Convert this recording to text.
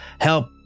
Help